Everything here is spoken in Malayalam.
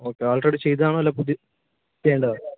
ഓക്കെ ആൾറെഡി ചെയ്തതാണോ അല്ല പുതി ചെയ്യേണ്ടതാണോ